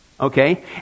okay